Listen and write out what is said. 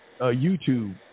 YouTube